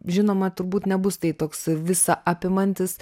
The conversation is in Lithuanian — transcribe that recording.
žinoma turbūt nebus tai toks visaapimantis